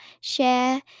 share